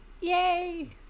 yay